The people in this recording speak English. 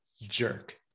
jerk